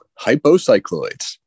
hypocycloids